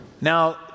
Now